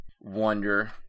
wonder